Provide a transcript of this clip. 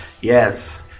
Yes